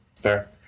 Fair